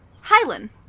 Highland